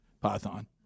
python